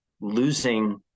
losing